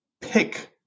pick